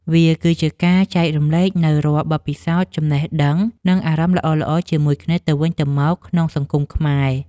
វាគឺជាការចែករំលែកនូវរាល់បទពិសោធន៍ចំណេះដឹង និង អារម្មណ៍ល្អៗជាមួយគ្នាទៅវិញទៅមកក្នុងសង្គមខ្មែរ។